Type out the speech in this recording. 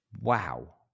Wow